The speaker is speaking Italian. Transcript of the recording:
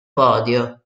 podio